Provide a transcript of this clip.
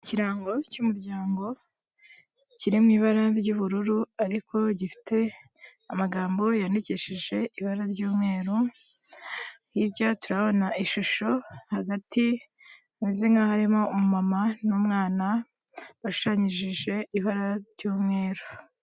Ikirango cy'umuryango kiri mu ibara ry'ubururu ariko gifite amagambo yandikishije ibara ry'umweru, hirya turahabona ishusho, hagati hameze nk'aharimo umu mama n'umwana bashushanyishije ibara ry'umweru.